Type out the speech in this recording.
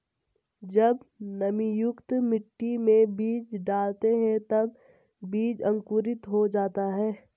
जब नमीयुक्त मिट्टी में बीज डालते हैं तब बीज अंकुरित हो जाता है